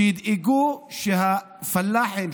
ידאגו שהפלאחים,